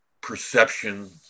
perception